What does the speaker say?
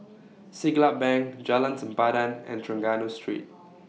Siglap Bank Jalan Sempadan and Trengganu Street